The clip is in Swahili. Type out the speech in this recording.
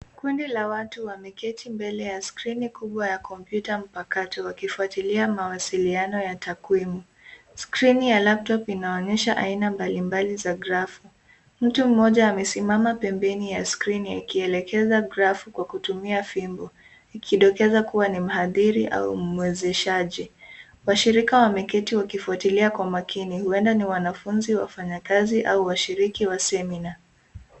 Kundi la watu wameketi mbele ya skrini kubwa ya kompyuta mpakato wakifuatilia mawasiliano ya takwimu. Skrini ya (cs)laptop(cs) inaonesha aina mbalimbali za grafu. Mtu mmoja amesimama pembeni ya skrini akielekeza grafu kwa kutumia fimbo, ikidakili kuwa mhadhiri au mwazishaji. Washiriki wameketi wakifuatilia kwa makini; huenda ni wanafunzi, wafanyakazi, au washiriki wa (cs)seminar(cs).